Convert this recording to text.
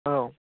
औ